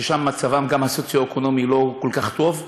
שמצבם הסוציו-אקונומי לא כל כך טוב,